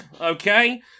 okay